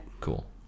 Cool